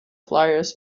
flyers